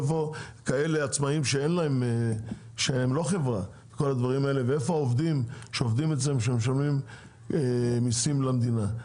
איפה עצמאיים שהם לא חברה ואיפה העובדים שלהם שמשלמים מיסים למדינה.